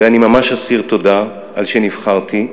ואני ממש אסיר תודה על שנבחרתי.